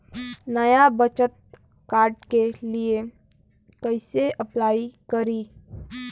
नया बचत कार्ड के लिए कइसे अपलाई करी?